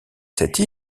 cette